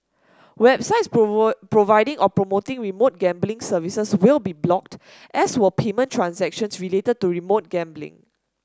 websites providing or promoting remote gambling services will be blocked as will payment transactions related to remote gambling